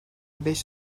beş